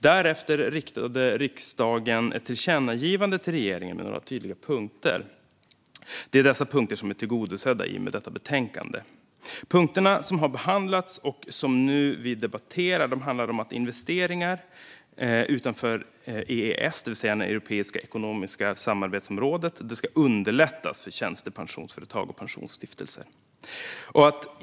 Därefter riktade riksdagen ett tillkännagivande till regeringen med några tydliga punkter. Det är dessa punkter som är tillgodosedda i och med detta betänkande. De punkter som har behandlats och som vi nu debatterar handlar om följande: Investeringar utanför EES, Europeiska ekonomiska samarbetsområdet, ska underlättas för tjänstepensionsföretag och pensionsstiftelser.